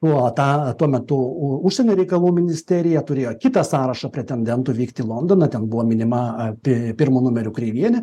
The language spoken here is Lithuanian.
nu o tą tuo metu u užsienio reikalų ministerija turėjo kitą sąrašą pretendentų vykti į londoną ten buvo minima apie pirmu numeriu kreivienė